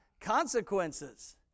consequences